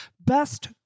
Best